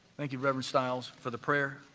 thank you, reverend stiles, for the prayer.